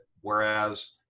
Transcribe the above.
Whereas